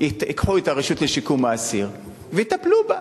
ייקחו את הרשות לשיקום האסיר ויטפלו בה.